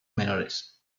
menores